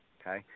okay